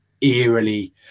eerily